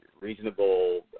reasonable